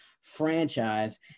franchise